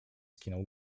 skinął